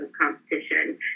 competition